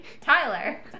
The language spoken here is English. Tyler